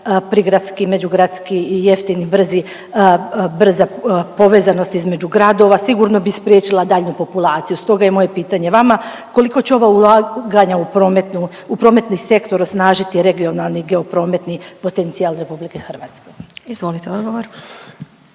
prigradski, međugradski i jeftini brza povezanost između gradova sigurno bi spriječila daljnju populaciju stoga je moje pitanje vama koliko će ova ulaganja u prometni sektor osnažiti regionalni geoprometni potencijal Republike Hrvatske? **Glasovac,